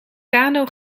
kano